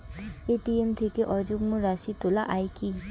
ATM থেকে অযুগ্ম রাশি তোলা য়ায় কি?